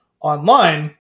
Online